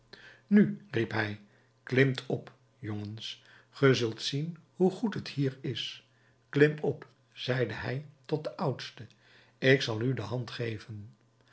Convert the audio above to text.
nu riep hij klimt op jongens ge zult zien hoe goed het hier is klim op zeide hij tot den oudste ik zal u de hand geven